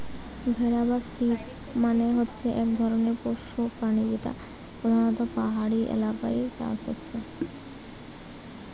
ভেড়া বা শিপ মানে হচ্ছে এক ধরণের পোষ্য প্রাণী যেটা পোধানত পাহাড়ি এলাকায় চাষ হচ্ছে